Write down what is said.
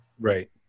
Right